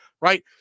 right